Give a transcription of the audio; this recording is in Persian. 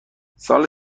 سال